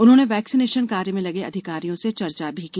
उन्होंने वैक्सीनेशन कार्य में लगे अधिकारियों से चर्चा भी की